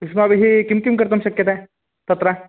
युष्माभिः किं किं कर्तुं शक्यते तत्र